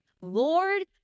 Lord